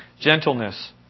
Gentleness